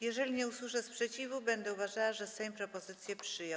Jeżeli nie usłyszę sprzeciwu, będę uważała, że Sejm propozycję przyjął.